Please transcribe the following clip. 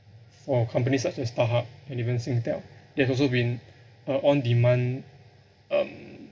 for companies such as starhub and even singtel there's also been uh on demand um